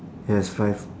yes five